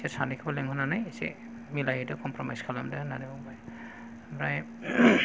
बिसोर सानैखौ लिंहरनानै एसे मिलायहोदो कमफ्रमायस खालामदो होनननै बुंबाय ओमफ्राय